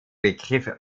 begriff